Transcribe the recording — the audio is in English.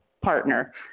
partner